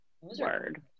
Word